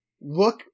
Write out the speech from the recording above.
look